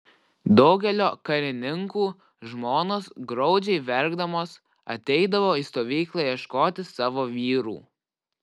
daugelio karininkų žmonos graudžiai verkdamos ateidavo į stovyklą ieškoti savo vyrų